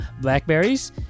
Blackberries